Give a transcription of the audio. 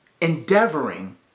endeavoring